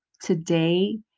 today